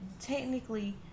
technically